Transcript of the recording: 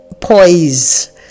poise